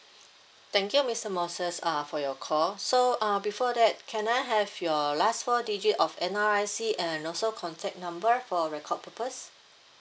thank you mister moses uh for your call so uh before that can I have your last four digit of N_R_I_C and also contact number for record purpose